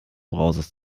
browsers